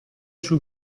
sul